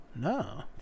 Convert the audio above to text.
No